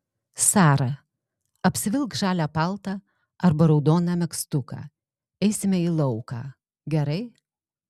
sara apsivilk žalią paltą arba raudoną megztuką eisime į lauką gerai